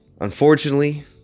Unfortunately